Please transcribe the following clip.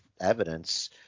evidence